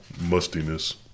mustiness